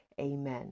Amen